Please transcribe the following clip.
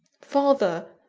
father,